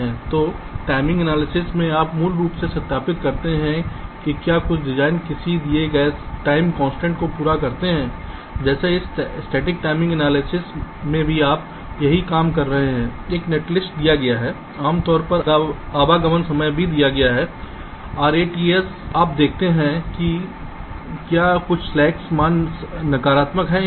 तो timing analysis में आप मूल रूप से सत्यापित करते हैं कि क्या कुछ डिज़ाइन किसी दिए गए समय कन्सट्रैन्ट को पूरा करता है जैसे इस स्टैटिक टाइमिंग एनालिसिस में भी आप यही काम कर रहे हैं एक नेटलिस्ट दिया गया है आवश्यक आगमन समय दिया गया है RATs आप देखते हैं कि क्या कुछ स्लैक मान नकारात्मक हैं या नहीं